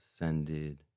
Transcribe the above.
ascended